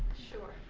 sure.